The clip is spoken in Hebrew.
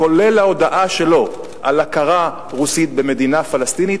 כולל ההודעה שלו על הכרה רוסית במדינה פלסטינית,